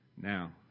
now